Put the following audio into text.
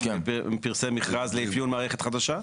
פרסם מכרז לאפיון מערכת חדשה?